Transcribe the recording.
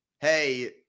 hey